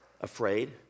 afraid